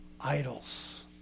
idols